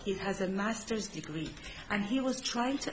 he has a masters degree and he was trying to